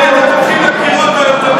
הרי אם אתם הולכים לבחירות אתם